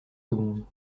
secondes